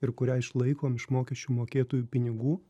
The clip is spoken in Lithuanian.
ir kurią išlaikom iš mokesčių mokėtojų pinigų